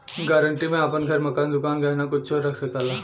guarantee में आपन घर, मकान, दुकान, गहना कुच्छो रख सकला